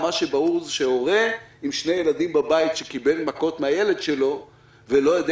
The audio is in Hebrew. אבל ברור שהורה עם שני ילדים בבית שקיבל מכות מן הילד שלו ולא יודע